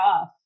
off